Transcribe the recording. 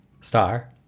Star